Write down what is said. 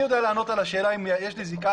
אני יודע לענות על השאלה אם יש לי זיקה,